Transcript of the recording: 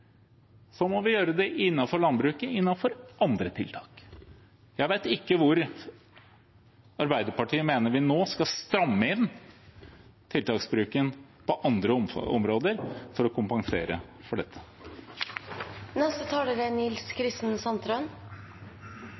må vi gjøre det innenfor landbruket, innenfor andre tiltak. Jeg vet ikke på hvilke andre områder Arbeiderpartiet mener vi nå skal stramme inn tiltaksbruken for å kompensere for dette. Sosialdemokratisk politikk er